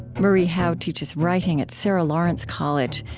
marie howe teaches writing at sarah lawrence college,